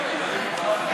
ההצבעה.